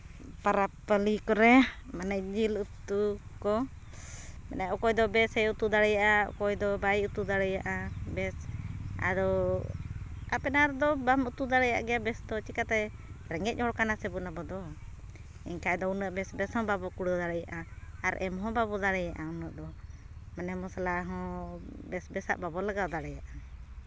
ᱯᱚᱨᱚᱵᱽ ᱴᱟᱺᱰᱤ ᱠᱚᱨᱮ ᱢᱟᱱᱮ ᱡᱤᱞ ᱩᱛᱩ ᱠᱚ ᱢᱟᱱᱮ ᱚᱠᱚᱭ ᱫᱚ ᱵᱮᱥᱮ ᱩᱛᱩ ᱫᱟᱲᱮᱭᱟᱜᱼᱟ ᱚᱠᱚᱭ ᱫᱚ ᱵᱟᱭ ᱩᱛᱩ ᱫᱟᱲᱮᱭᱟᱜᱼᱟ ᱵᱮᱥ ᱟᱫᱚ ᱟᱯᱱᱟᱨ ᱫᱚ ᱵᱮᱥ ᱫᱚ ᱵᱟᱢ ᱩᱛᱩ ᱫᱟᱲᱮᱭᱟᱜ ᱜᱮᱭᱟ ᱪᱤᱠᱟᱹᱛᱮ ᱨᱮᱸᱜᱮᱡ ᱦᱚᱲ ᱠᱟᱱᱟ ᱥᱮᱵᱚᱱ ᱟᱵᱚᱫᱚ ᱮᱱᱠᱷᱟᱱ ᱫᱚ ᱩᱱᱟᱹᱜ ᱵᱮᱥ ᱵᱮᱥ ᱦᱚᱸ ᱵᱟᱵᱚ ᱠᱩᱲᱟᱹᱣ ᱫᱟᱲᱮᱭᱟᱜᱼᱟ ᱟᱨ ᱮᱢᱦᱚᱸ ᱵᱟᱵᱚ ᱫᱟᱲᱮᱭᱟᱜᱼᱟ ᱩᱱᱟᱹᱜ ᱫᱚ ᱢᱟᱱᱮ ᱢᱚᱥᱞᱟ ᱦᱚᱸ ᱵᱮᱥ ᱵᱮᱥᱟᱜ ᱵᱟᱵᱚᱱ ᱞᱟᱜᱟᱣ ᱫᱟᱲᱮᱭᱟᱜᱼᱟ